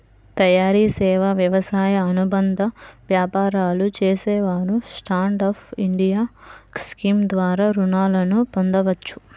తయారీ, సేవా, వ్యవసాయ అనుబంధ వ్యాపారాలు చేసేవారు స్టాండ్ అప్ ఇండియా స్కీమ్ ద్వారా రుణాలను పొందవచ్చు